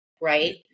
right